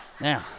Now